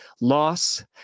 loss